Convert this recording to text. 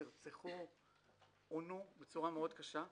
נרצחו ועונו בצורה מאוד קשה,